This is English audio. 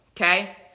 okay